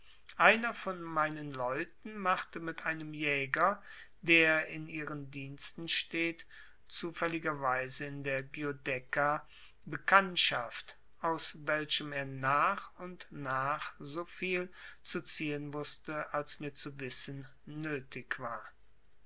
einer von meinen leuten machte mit einem jäger der in ihren diensten steht zufälligerweise in der giudecca bekanntschaft aus welchem er nach und nach so viel zu ziehen wußte als mir zu wissen nötig war